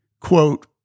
Quote